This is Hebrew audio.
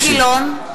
(קוראת בשמות חברי הכנסת) אילן גילאון,